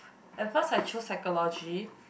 at first I chose psychology